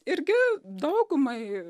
irgi daugumai